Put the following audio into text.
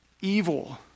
evil